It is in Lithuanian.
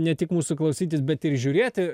ne tik mūsų klausytis bet ir žiūrėti